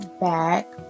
back